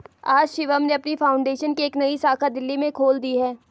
आज शिवम ने अपनी फाउंडेशन की एक नई शाखा दिल्ली में खोल दी है